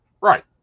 Right